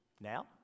now